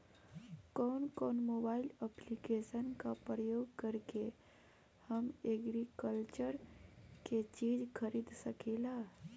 कउन कउन mobile application का प्रयोग करके हम एग्रीकल्चर के चिज खरीद सकिला?